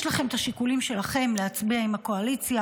יש לכם את השיקולים שלכם להצביע עם הקואליציה,